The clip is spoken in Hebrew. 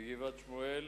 מגבעת-שמואל: